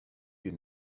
you